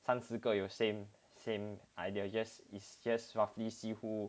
三十个有 same same idea just is just roughly see who